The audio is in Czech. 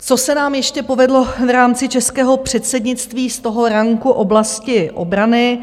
Co se nám ještě povedlo v rámci českého předsednictví z toho ranku oblasti obrany.